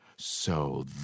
So